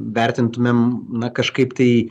vertintumėm na kažkaip tai